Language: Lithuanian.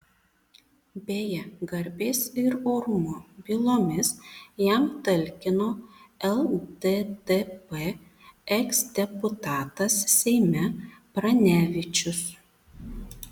beje garbės ir orumo bylomis jam talkino lddp eksdeputatas seime pranevičius